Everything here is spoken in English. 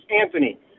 Anthony